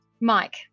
Mike